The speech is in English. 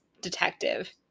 detective